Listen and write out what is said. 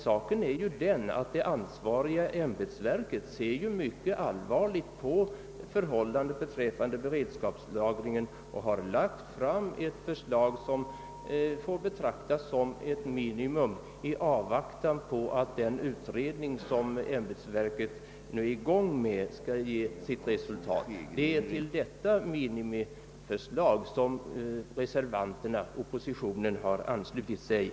Saken är ju den att det ansvariga ämbetsverket ser allvarligt på beredskapslagringen och har lagt fram ett förslag som får betraktas som ett minimum i avvaktan på att den utredning som ämbetsverket nu genomför skall ge resultat. Det är till detta minimiförslag som vi reservanter från oppositionen har anslutit oss.